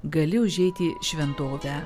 gali užeiti į šventovę